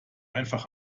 einfach